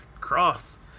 cross